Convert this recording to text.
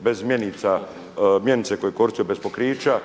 bez mjenica, mjenice koje je koristio bez pokrića.